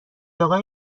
اقای